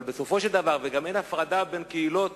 אבל בסופו של דבר, גם אין הפרדה בין קהילות